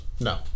No